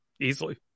easily